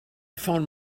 found